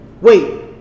wait